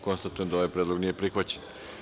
Konstatujem da ovaj predlog nije prihvaćen.